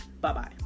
bye-bye